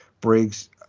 Briggs